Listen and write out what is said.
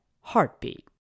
heartbeat